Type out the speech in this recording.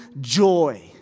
joy